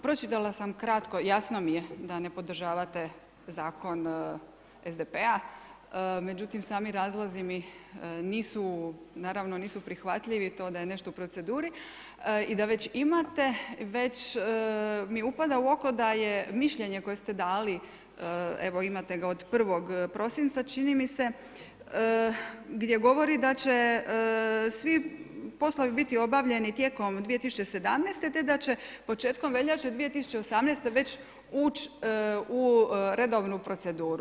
Pročitala sam kratko, jasno mi je da ne podržavate zakon SDP-a međutim sami razlozi mi nisu naravno prihvatljivi, to da je nešto u proceduri u da već imate već mi upada u oko da je mišljenje koje ste dali, evo imate ga od 1. prosinca čini mi se, gdje govori da će svi poslovi biti obavljeni tijekom 2017. te da će početkom veljače 2018. već ući u redovnu proceduru.